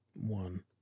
one